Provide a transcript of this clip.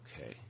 okay